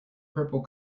purple